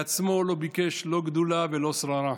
לעצמו לא ביקש לא גדולה ולא שררה.